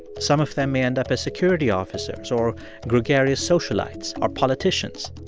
some of them end up as security officers or gregarious socialites or politicians.